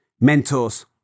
mentors